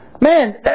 man